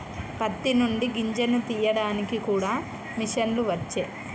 పత్తి నుండి గింజను తీయడానికి కూడా మిషన్లు వచ్చే